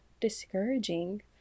discouraging